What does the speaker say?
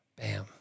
Bam